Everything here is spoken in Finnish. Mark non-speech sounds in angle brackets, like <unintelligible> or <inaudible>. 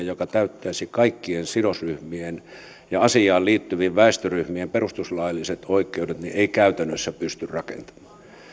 <unintelligible> joka täyttäisi kaikkien sidosryhmien ja asiaan liittyvien väestöryhmien perustuslailliset oikeudet ei käytännössä pysty rakentamaan